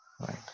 right